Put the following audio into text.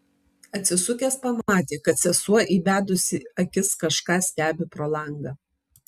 atsisukęs pamatė kad sesuo įbedusi akis kažką stebi pro langą